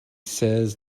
says